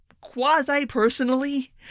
quasi-personally